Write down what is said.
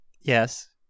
Yes